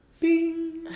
Bing